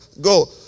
Go